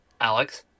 Alex